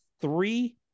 three